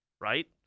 Right